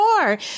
more